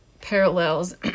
parallels